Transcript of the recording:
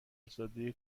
زاده